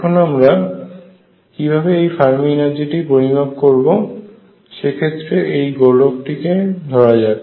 এখন আমরা কিভাবে এই ফার্মি এনার্জিটি পরিমাপ করবো সে ক্ষেত্রে এই গোলকটিকে ধরা যাক